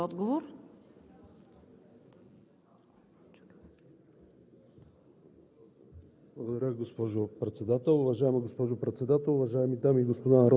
Благодаря, господин Иванов. Господин Министър, заповядайте за отговор.